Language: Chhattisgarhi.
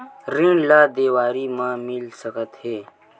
ऋण ला देवारी मा मिल सकत हे